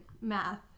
math